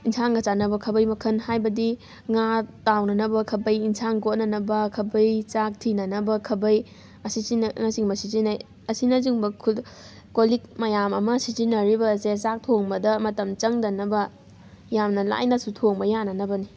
ꯏꯟꯁꯥꯡꯒ ꯆꯥꯅꯕ ꯈꯥꯕꯩ ꯃꯈꯜ ꯍꯥꯏꯕꯗꯤ ꯉꯥ ꯇꯥꯎꯅꯅꯕ ꯈꯥꯕꯩ ꯑꯦꯟꯁꯥꯡ ꯀꯣꯠꯅꯅꯕ ꯈꯥꯕꯩ ꯆꯥꯛ ꯊꯤꯅꯅꯕ ꯈꯥꯕꯩ ꯑꯁꯤꯁꯤꯡꯅꯆꯤꯡꯕ ꯁꯤꯖꯤꯟꯅꯩ ꯑꯁꯤꯅꯆꯤꯡꯕ ꯀꯣꯜꯂꯤꯛ ꯃꯌꯥꯝ ꯑꯃ ꯁꯤꯖꯤꯟꯅꯔꯤꯕ ꯑꯁꯦ ꯆꯥꯛ ꯊꯣꯡꯕꯗ ꯃꯇꯝ ꯆꯪꯗꯅꯕ ꯌꯥꯝꯅ ꯂꯥꯏꯅꯁꯨ ꯊꯣꯡꯕ ꯌꯥꯅꯅꯕꯅꯤ